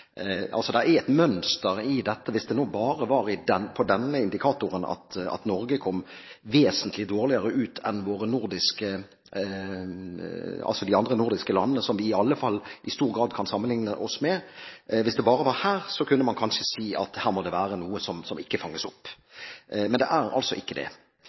Det er altså et mønster i dette. Hvis det bare var på denne indikatoren Norge kom vesentlig dårligere ut enn de andre nordiske landene, som vi i alle fall i stor grad kan sammenligne oss med, kunne man kanskje si at her må det være noe som ikke fanges opp. Men det er altså ikke det.